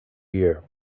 year